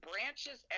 Branches